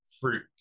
fruit